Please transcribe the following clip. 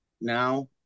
now